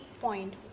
point